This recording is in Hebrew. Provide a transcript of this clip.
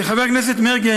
חבר הכנסת מרגי,